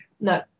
No